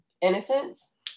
innocence